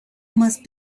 must